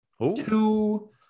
two